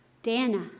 Dana